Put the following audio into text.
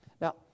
Now